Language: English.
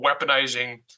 weaponizing